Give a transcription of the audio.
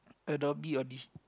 Adobe audi